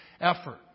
effort